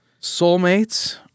Soulmates